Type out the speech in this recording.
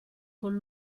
con